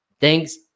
thanks